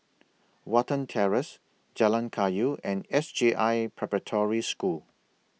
Watten Terrace Jalan Kayu and S J I Preparatory School